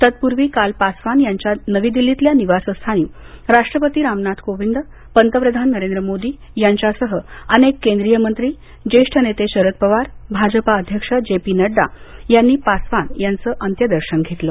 तत्पूर्वी काल पासवान यांच्या नवी दिल्लीतल्या निवासस्थानी राष्ट्रपती रामनाथ कोविंद पंतप्रधान नरेंद्र मोदी यांच्यासह अनेक केंद्रीय मंत्री ज्येष्ठ नेते शरद पवार भाजपा अध्यक्ष जे पी नडडा यांनी पासवान यांचं अंत्यदर्शन घेतलं